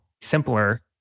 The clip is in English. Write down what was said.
simpler